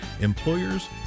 Employers